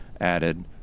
added